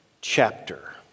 chapter